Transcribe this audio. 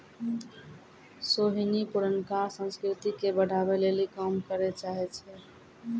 सोहिनी पुरानका संस्कृति के बढ़ाबै लेली काम करै चाहै छै